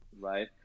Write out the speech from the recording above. Right